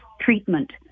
treatment